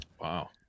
wow